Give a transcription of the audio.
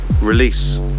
Release